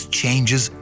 changes